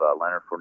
Leonard